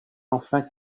enfin